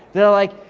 they're like,